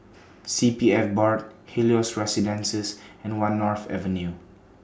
C P F Board Helios Residences and one North Avenue